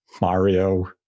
Mario